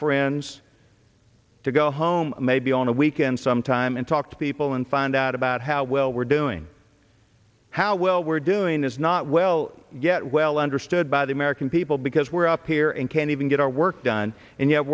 friends to go home maybe on a weekend sometime and talk to people and find out about how well we're doing how well we're doing is not well get well understood by the american people because we're up here and can't even get our work done and yet